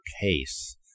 case